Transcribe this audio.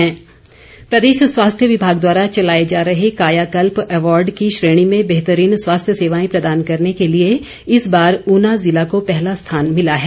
श्रेष्ठ प्रदर्शन प्रदेश स्वास्थ्य विभाग द्वारा चलाए जा रहे कायाकल्प अवार्ड की श्रेणी में बेहतरीन स्वास्थ्य सेवाएं प्रदान करने के लिए इस बार ऊना जिला को पहला स्थान मिला है